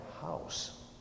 house